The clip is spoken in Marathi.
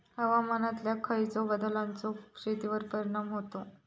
हवामानातल्या खयच्या बदलांचो शेतीवर परिणाम होता?